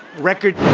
record.